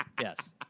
Yes